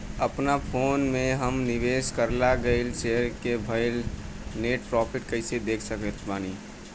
अपना फोन मे हम निवेश कराल गएल शेयर मे भएल नेट प्रॉफ़िट कइसे देख सकत बानी?